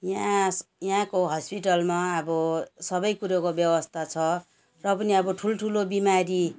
यहाँ यहाँको हस्पिटलमा अब सबै कुरोको व्यवस्था छ र पनि अब ठुल्ठुलो बिमारी